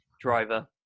driver